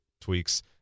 tweaks